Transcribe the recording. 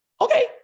Okay